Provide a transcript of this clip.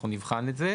אנחנו נבחן את זה.